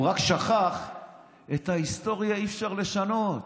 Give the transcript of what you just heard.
הוא רק שכח שאת ההיסטוריה אי-אפשר לשנות.